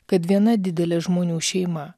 kad viena didelė žmonių šeima